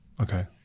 okay